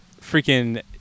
freaking